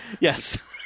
Yes